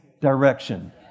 direction